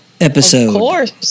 episode